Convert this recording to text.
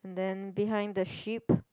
then behind the sheep